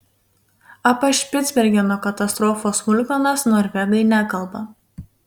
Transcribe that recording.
apie špicbergeno katastrofos smulkmenas norvegai nekalba